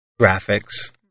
graphics